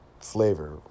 flavor